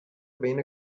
بین